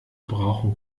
brauchen